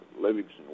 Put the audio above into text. Livingston